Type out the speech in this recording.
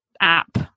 app